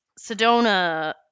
Sedona